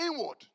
inward